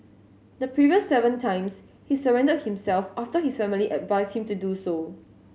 the previous seven times he surrendered himself after his family advised him to do so